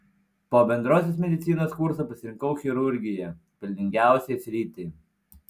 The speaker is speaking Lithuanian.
po bendrosios medicinos kurso pasirinkau chirurgiją pelningiausią sritį